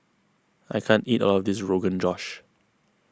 I can't eat all of this Rogan Josh